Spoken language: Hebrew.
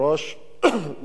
מעמידה שאלה